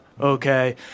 okay